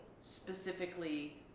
specifically